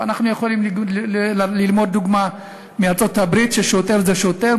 ואנחנו יכולים ללמוד דוגמה מארצות-הברית שבה שוטר זה שוטר,